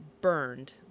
burned